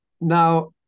now